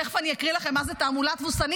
תכף אני אקרא לכם מה זו תעמולה תבוסתנית.